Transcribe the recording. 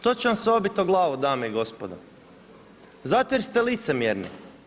To će vam se obiti o glavu, dame i gospodo, zato jer ste licemjeri.